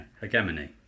hegemony